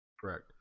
Correct